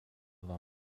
war